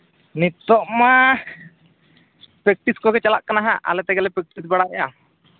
ᱱᱤᱛᱚᱜ ᱢᱟ ᱯᱮᱠᱴᱤᱥ ᱠᱚᱜᱮ ᱪᱟᱞᱟᱜ ᱠᱟᱱᱟᱦᱟᱸᱜ ᱟᱞᱮᱛᱮᱜᱮᱞᱮ ᱯᱮᱠᱴᱤᱥ ᱵᱟᱲᱟᱭᱮᱫᱼᱟ